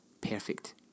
perfect